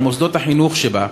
מוסדות החינוך שבה,